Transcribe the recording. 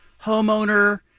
homeowner